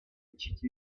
лечить